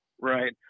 Right